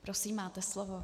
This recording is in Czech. Prosím, máte slovo.